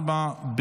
2023,